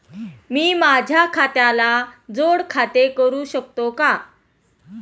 मी माझ्या खात्याला जोड खाते करू शकतो का?